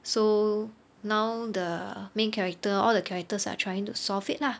so now the main character all the characters are trying to solve it lah